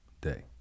day